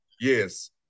Yes